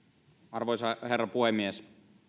arvoisa herra puhemies